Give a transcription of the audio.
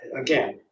again